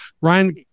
Ryan